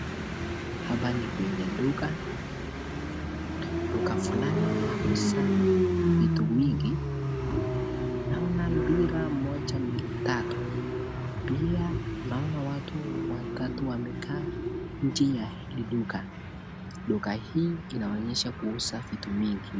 Hapa ni kwenye duka. Duka fulani ya kuuza vitu mingi. Naona mpira moja, mbili, tatu. Pia naona watu watatu wamekaa nje ya hii duka. Duka hii inaonyesha kuuza vitu mingi.